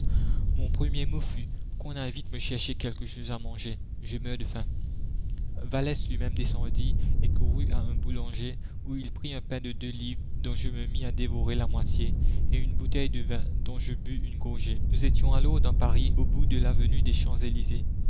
mon premier mot fut qu'on aille vite me chercher quelque chose à manger je meurs de faim vallès lui-même descendit et courut à un boulanger où il prit un pain de deux livres dont je me mis à dévorer la moitié et une bouteille de vin dont je bus une gorgée nous étions alors dans paris au bout de l'avenue des